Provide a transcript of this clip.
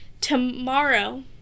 Tomorrow